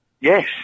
Yes